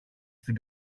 στην